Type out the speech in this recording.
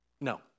No